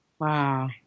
Wow